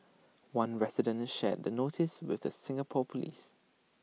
one resident shared the notice with the Singapore Police